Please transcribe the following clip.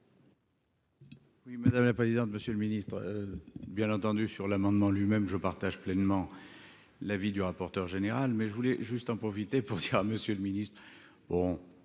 Oui, madame la présidente, monsieur le Ministre, bien entendu, sur l'amendement lui-même je partage pleinement l'avis du rapporteur général, mais je voulais juste en profiter pour dire à monsieur le Ministre, bon